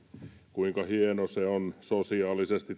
kuinka hieno se on sosiaalisesti